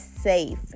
safe